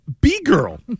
B-Girl